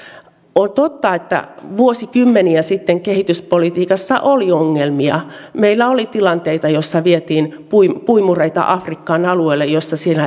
on totta että vuosikymmeniä sitten kehityspolitiikassa oli ongelmia meillä oli tilanteita joissa vietiin puimureita afrikkaan alueille joilla niille